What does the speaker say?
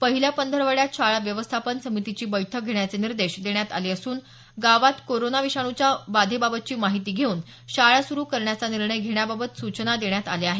पहिल्या पंधरवड्यात शाळा व्यवस्थापन समितीची बैठक घेण्याचे निर्देश देण्यात आले असून गावात कोरोना विषाणूच्या बाधेबाबतची माहिती घेऊन शाळा सुरु करण्याचा निर्णय घेण्याबाबत सूचना देण्यात आल्या आहेत